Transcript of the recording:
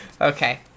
Okay